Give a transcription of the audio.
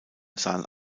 sahen